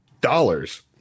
dollars